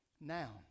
Now